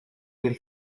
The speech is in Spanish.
del